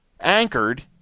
anchored